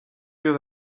you